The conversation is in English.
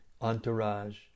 entourage